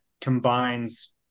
combines